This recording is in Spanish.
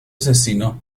asesino